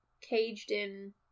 caged-in